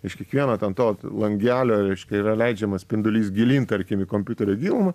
iš kiekvieno ten to langelio reiškia yra leidžiamas spindulys gilyn tarkim į kompiuterio gilumą